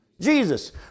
Jesus